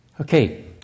Okay